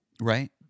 Right